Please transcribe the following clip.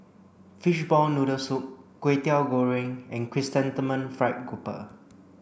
fishball noodle soup Kwetiau Goreng and chrysanthemum fried grouper